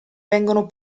vengono